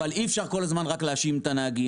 אבל אי אפשר כל הזמן רק להאשים את הנהגים.